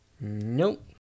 Nope